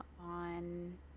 on